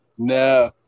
No